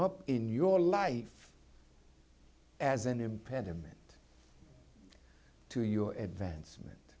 up in your life as an impediment to your advancement